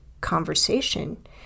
conversation